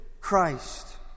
Christ